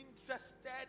interested